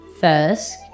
first